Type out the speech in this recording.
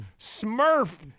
Smurf